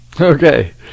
Okay